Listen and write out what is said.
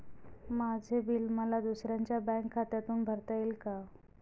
माझे बिल मला दुसऱ्यांच्या बँक खात्यातून भरता येईल का?